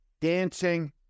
dancing